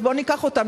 אז בואו ניקח אותם,